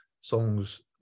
songs